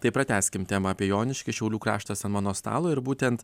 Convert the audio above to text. tai pratęskim temą apie joniškį šiaulių kraštas ant mano stalo ir būtent